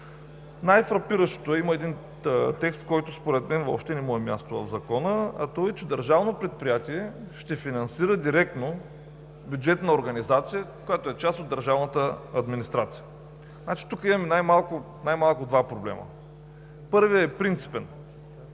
Най-фрапиращото е, че има един текст, който според мен въобще не му е мястото в Закона, а той е, че държавно предприятие ще финансира директно бюджетна организация, която е част от държавната администрация. Тук имаме най-малко два проблема. Първият е принципен.